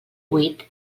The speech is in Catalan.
huit